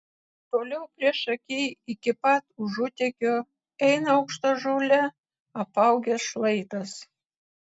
toliau priešaky iki pat užutekio eina aukšta žole apaugęs šlaitas